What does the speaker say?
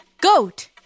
Goat